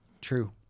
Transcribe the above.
true